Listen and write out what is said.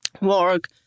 work